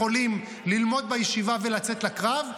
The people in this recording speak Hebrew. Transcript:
יכולים ללמוד בישיבה ולצאת לקרב,